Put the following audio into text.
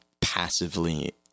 passively